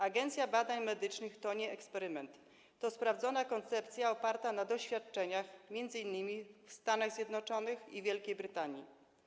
Agencja Badań Medycznych to nie eksperyment, to sprawdzona koncepcja oparta na doświadczeniach, m.in. doświadczeniach Stanów Zjednoczonych i Wielkiej Brytanii.